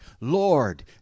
Lord